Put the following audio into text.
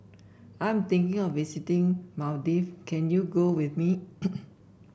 I'm thinking of visiting Maldive can you go with me